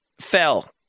fell